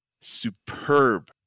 superb